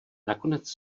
nakonec